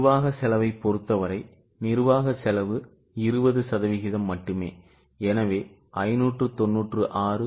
நிர்வாக செலவைப் பொறுத்தவரை நிர்வாக செலவு 20 சதவீதம் மட்டுமேஎனவே 596 X 0